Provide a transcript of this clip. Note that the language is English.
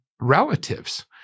relatives